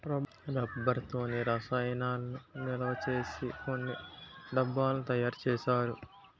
rubber తోనే రసాయనాలను నిలవసేసి కొన్ని డబ్బాలు తయారు చేస్తారు